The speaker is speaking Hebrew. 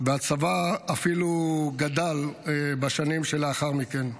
והצבא אפילו גדל בשנים שלאחר מכן.